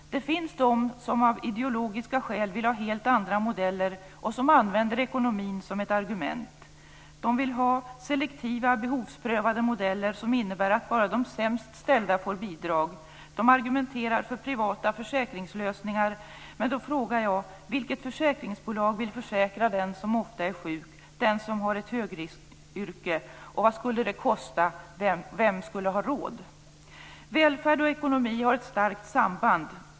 Det finns de som av ideologiska skäl vill ha helt andra modeller och som använder ekonomin som ett argument. De vill ha selektiva behovsprövade modeller som innebär att bara de sämst ställda får bidrag, och de argumenterar för privata försäkringslösningar. Men då frågar jag: Vilket försäkringsbolag vill försäkra den som ofta är sjuk, den som har ett högriskyrke? Och vad skulle det kosta? Vem skulle ha råd? Välfärd och ekonomi har ett starkt samband.